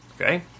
Okay